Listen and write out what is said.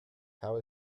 how